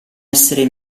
essere